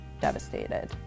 devastated